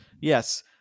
yes